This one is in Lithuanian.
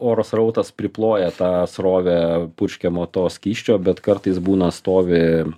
oro srautas priploja tą srovę purškiamo to skysčio bet kartais būna stovi